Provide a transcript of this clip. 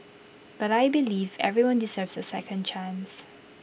but I believe everyone deserves A second chance